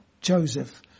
Joseph